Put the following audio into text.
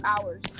hours